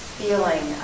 feeling